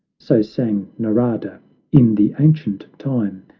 so sang narada in the ancient time,